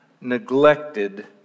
neglected